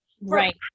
right